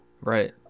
Right